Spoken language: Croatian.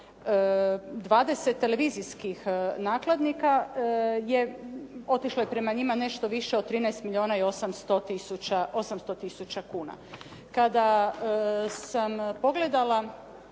20 televizijskih nakladnika je, otišlo je prema njima nešto više od 13 milijona i 800 tisuća kuna. Kada sam pogledala.